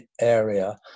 area